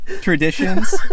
traditions